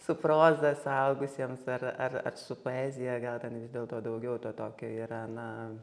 su proza suaugusiems ar ar ar su poezija gal ten vis dėlto daugiau to tokio yra na